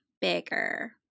bigger